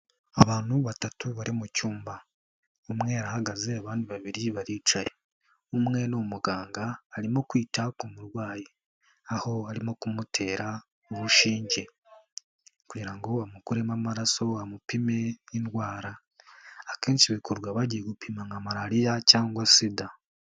Abantu batatu bari mu cyumba. Umwe yaragaze abandi babiri baricaye, umwe ni umuganga arimo kwita ku murwayi, aho arimo kumutera urushinge kugira ngo bamukuremo amaraso bamupime nk'indwara. Akenshi bikorwa bagiye gupima nka malariya cyangwa sida.